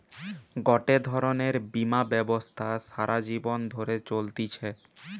গটে ধরণের বীমা ব্যবস্থা সারা জীবন ধরে চলতিছে